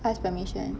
ask permission